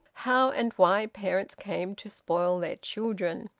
how and why parents came to spoil their children.